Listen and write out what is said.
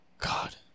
God